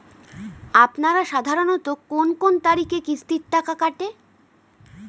আপনারা সাধারণত কোন কোন তারিখে কিস্তির টাকা কাটে?